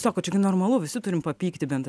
sako čia gi normalu visi turim papykti bent